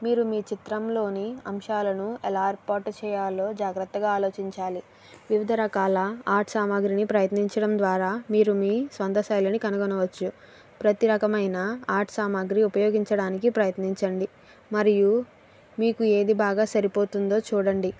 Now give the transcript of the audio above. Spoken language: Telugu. మీరు మీ చిత్రంలోని అంశాలను ఎలా ఏర్పాటు చేయాలో జాగ్రత్తగా ఆలోచించాలి వివిధ రకాల ఆర్ట్ సామాగ్రిని ప్రయత్నించడం ద్వారా మీరు మీ సొంత శైలిని కనుగొనవచ్చు ప్రతీ రకమైన ఆర్ట్ సామాగ్రి ఉపయోగించడానికి ప్రయత్నించండి మరియు మీకు ఏది బాగా సరిపోతుందో చూడండి